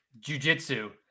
jujitsu